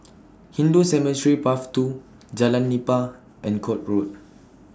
Hindu Cemetery Path two Jalan Nipah and Court Road